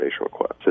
request